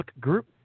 group